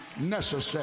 necessary